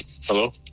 Hello